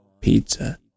pizza